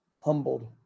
humbled